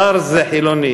זר זה חילוני.